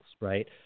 Right